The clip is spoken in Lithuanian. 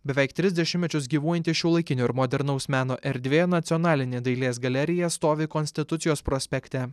beveik tris dešimtmečius gyvuojanti šiuolaikinio ir modernaus meno erdvė nacionalinė dailės galerija stovi konstitucijos prospekte